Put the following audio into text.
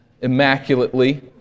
immaculately